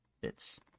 bits